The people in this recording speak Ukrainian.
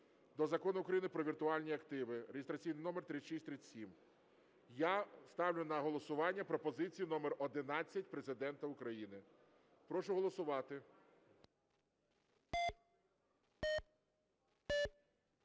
до Закону України "Про віртуальні активи" (реєстраційний номер 3637). Я ставлю на голосування пропозицію номер 11 Президента України. Прошу голосувати.